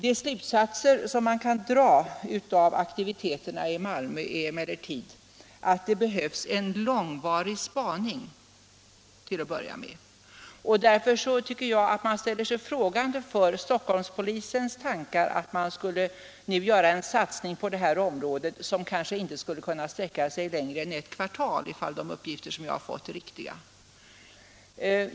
De slutsatser man kan dra av aktiviteterna i Malmö är emellertid att det till att börja med behövs en långvarig spaning. Därför ställer man sig frågande inför Stockholmspolisens tankar att nu göra en satsning på det här området som kanske inte skulle kunna sträcka sig längre fram i tiden än ett kvartal, om de uppgifter jag har fått är riktiga.